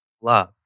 love